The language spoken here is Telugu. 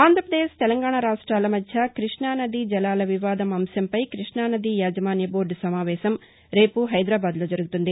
ఆంధ్రప్రదేశ్ తెలంగాణా రాష్టాల మధ్య కృష్ణానదీ జలాల వివాదం అంశంపై కృష్ణానదీ యాజమాన్య బోర్దు సమావేశం రేపు హైదరాబాదులో జరుగుతుంది